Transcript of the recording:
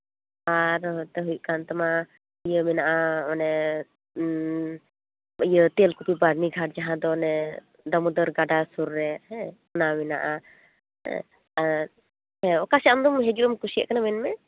ᱟᱨ ᱱᱚᱛᱮ ᱦᱩᱭᱩᱜ ᱠᱟᱱ ᱛᱟᱢᱟ ᱤᱭᱟᱹ ᱢᱮᱱᱟᱜᱼᱟ ᱤᱭᱟᱹ ᱛᱮᱞᱠᱩᱯᱤ ᱵᱟᱹᱨᱱᱤ ᱜᱷᱟᱴ ᱡᱟᱦᱟᱸ ᱫᱚ ᱚᱱᱮ ᱫᱟᱢᱳᱫᱚᱨ ᱜᱟᱰᱟ ᱥᱩᱨ ᱨᱮ ᱚᱱᱟ ᱢᱮᱱᱟᱜᱼᱟ ᱟᱨ ᱦᱮᱸ ᱚᱠᱟᱥᱮᱫ ᱟᱢ ᱫᱚ ᱦᱤᱡᱩᱜ ᱮᱢ ᱠᱩᱥᱤᱭᱟᱜ ᱠᱟᱱᱟ ᱢᱮᱱᱢᱮ